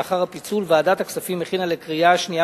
לאחר הפיצול ועדת הכספים הכינה לקריאה שנייה